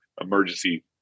emergency